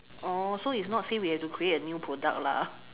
oh so is not say we have to create a new product lah